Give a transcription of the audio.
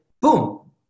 boom